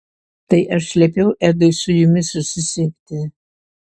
tai aš liepiau edui su jumis susisiekti